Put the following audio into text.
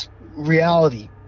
reality